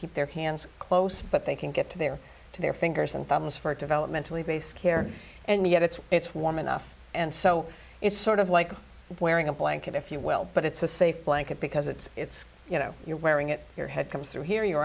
keep their hands close but they can get to their to their fingers and thumbs for developmentally based care and yet it's it's warm enough and so it's sort of like wearing a blanket if you will but it's a safe blanket because it's you know you're wearing it your head comes through here your